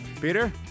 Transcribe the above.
Peter